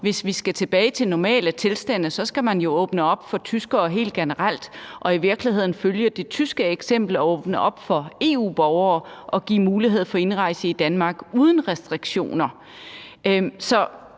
Hvis vi skal tilbage til normale tilstande, skal man jo åbne op for tyskere helt generelt og i virkeligheden følge det tyske eksempel og åbne op for EU-borgere og give mulighed for indrejse i Danmark uden restriktioner.